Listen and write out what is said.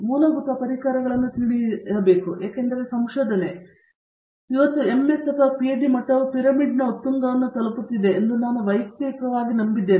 ಮೂಲಭೂತ ಪರಿಕರಗಳನ್ನು ತಿಳಿಯಿರಿ ಏಕೆಂದರೆ ಸಂಶೋಧನೆ ಇದು ಎಂಎಸ್ ಅಥವಾ ಪಿಹೆಚ್ಡಿ ಮಟ್ಟವು ಪಿರಮಿಡ್ನ ಉತ್ತುಂಗವನ್ನು ತಲುಪುತ್ತಿದೆ ಎಂದು ನಾನು ವೈಯಕ್ತಿಕವಾಗಿ ನಂಬಿದ್ದೇನೆ